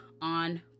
on